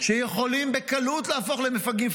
-- שיכולים בקלות להפוך למפגעים